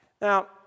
Now